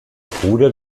bruder